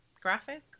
graphic